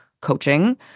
coaching